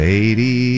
Lady